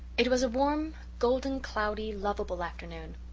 it was a warm, golden-cloudy, lovable afternoon.